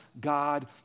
God